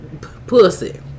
Pussy